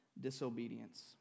disobedience